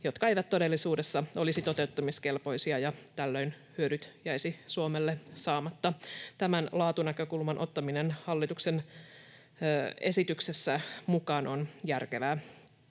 jotka eivät todellisuudessa olisi toteuttamiskelpoisia ja joiden hyödyt tällöin jäisivät Suomelle saamatta. Tämän laatunäkökulman ottaminen hallituksen esityksessä mukaan on järkevää.